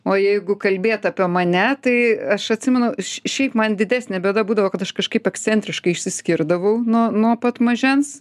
o jeigu kalbėt apie mane tai aš atsimenu š šiaip man didesnė bėda būdavo kad aš kažkaip ekscentriškai išsiskirdavau nuo nuo pat mažens